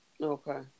Okay